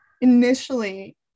initially